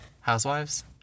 Housewives